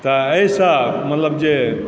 तऽ एहिसँ मतलब जे